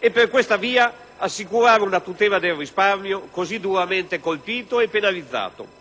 e, per questa via, ad assicurare la tutela del risparmio, così duramente colpito e penalizzato.